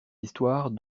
histoires